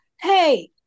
hey